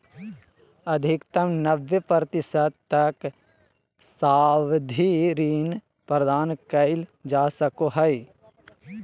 अधिकतम नब्बे प्रतिशत तक सावधि ऋण प्रदान कइल जा सको हइ